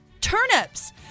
turnips